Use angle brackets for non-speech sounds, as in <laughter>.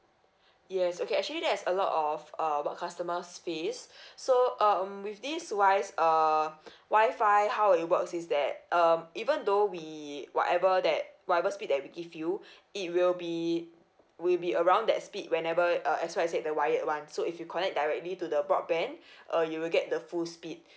yes okay actually that is a lot of uh what customers face <breath> so um with this wise err <breath> wifi how it works is that um even though we whatever that whatever speed that we give you <breath> it will be will be around that speed whenever uh as what you said you the wired one so if you connect directly to the broadband <breath> uh you will get the full speed